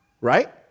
right